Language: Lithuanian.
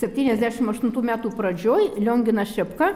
septyniasdešim aštuntų metų pradžioj lionginas šepka